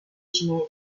cinesi